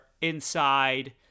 inside